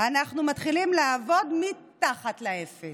אלא מתחת לאפס".